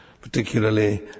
particularly